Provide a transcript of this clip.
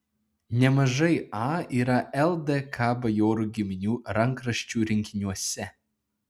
nemažai a yra ldk bajorų giminių rankraščių rinkiniuose